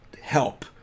help